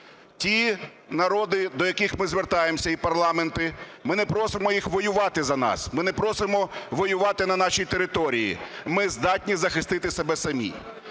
Ті народи, до яких ми звертаємося і парламенти, ми не просимо їх воювати за нас, ми не просимо воювати на нашій території, ми здатні захистити себе самі.